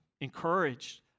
encouraged